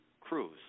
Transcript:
crews